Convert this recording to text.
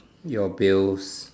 your bills